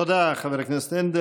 תודה, חבר הכנסת הנדל.